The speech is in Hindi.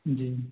जी